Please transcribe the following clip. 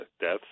deaths